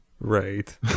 Right